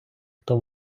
хто